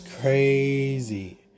crazy